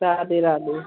क्या दे रहा है दे